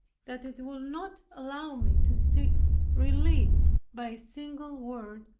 that it would not allow me to seek relief by a single word,